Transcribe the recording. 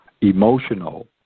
emotional